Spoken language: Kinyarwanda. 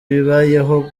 bibayeho